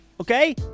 okay